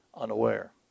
unaware